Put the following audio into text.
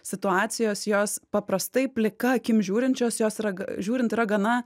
situacijos jos paprastai plika akim žiūrint šios jos yra žiūrint yra gana